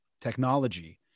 technology